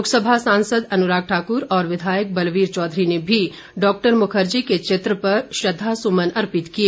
लोकसभा सांसद अनुराग ठाकुर और विधायक बलवीर चौधरी ने भी डॉक्टर मुखर्जी के चित्र पर श्रद्धासुमन अर्पित किए